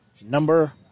number